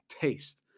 taste